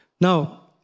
Now